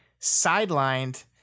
sidelined